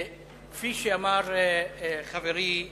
כפי שאמר חברי